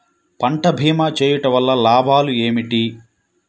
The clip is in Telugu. పంట భీమా చేయుటవల్ల లాభాలు ఏమిటి?